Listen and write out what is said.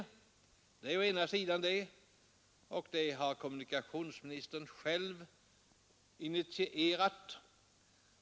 Det har kommunikationsministern själv initierat.